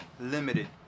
limited